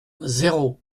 zéro